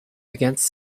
against